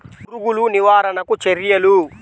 పురుగులు నివారణకు చర్యలు?